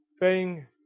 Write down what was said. Paying